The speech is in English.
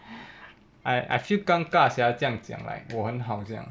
I I feel 尴尬 sia 这样讲 like 我很好这样